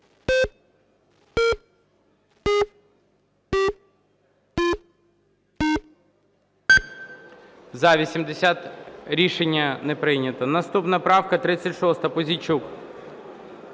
За-80 Рішення не прийнято. Наступна правка 36. Пузійчук.